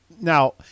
Now